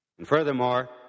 furthermore